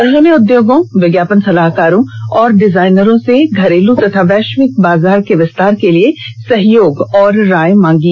उन्होंने उद्योगों विज्ञापन सलाहकारों और डिजाइनरों से घरेलू तथा वैश्विक बाजार में विस्तार के लिए सहयोग और राय मांगी